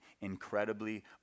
incredibly